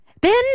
Ben